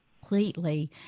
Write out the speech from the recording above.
completely